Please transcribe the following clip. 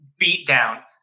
beatdown